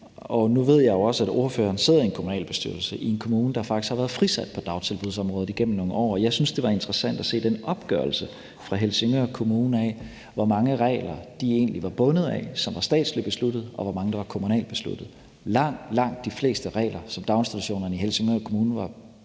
Nu ved jeg jo også, at ordføreren sidder i en kommunalbestyrelse i en kommune, der faktisk har været frisat på dagtilbudsområdet igennem nogle år, og jeg synes, det var interessant at se den opgørelse fra Helsingør Kommune af, hvor mange regler de egentlig var bundet af, som var statsligt besluttet, og hvor mange der var kommunalt besluttet. Langt, langt de fleste regler, som daginstitutionerne i Helsingør Kommune var